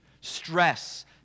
stress